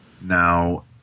Now